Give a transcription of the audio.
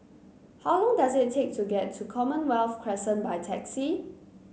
how long does it take to get to Commonwealth Crescent by taxi